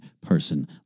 person